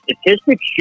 statistics